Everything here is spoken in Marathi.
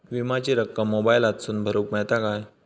विमाची रक्कम मोबाईलातसून भरुक मेळता काय?